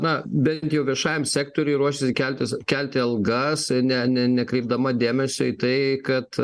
na bent jau viešajam sektoriui ruošiasi keltis kelti algas ne ne nekreipdama dėmesio į tai kad